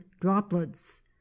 droplets